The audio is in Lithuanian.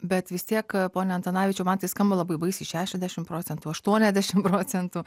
bet vis tiek pone antanavičiau man tai skamba labai baisiai šešiasdešim procentų aštuoniasdešim procentų